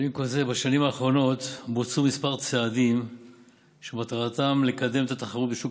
בשנים האחרונות בוצעו כמה צעדים שמטרתם לקדם את התחרות בשוק